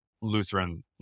Lutheran